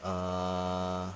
uh